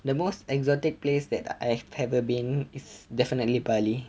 the most exotic place that I've ever been is definitely bali